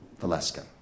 Valeska